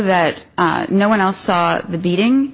that no one else saw the beating